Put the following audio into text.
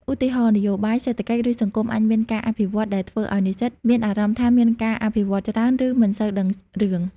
ឧទាហរណ៍ នយោបាយ សេដ្ឋកិច្ច ឬសង្គមអាចមានការវិវឌ្ឍន៍ ដែលធ្វើឱ្យនិស្សិតមានអារម្មណ៍ថាមានការអភិវឌ្ឍច្រើន ឬមិនសូវដឹងរឿង។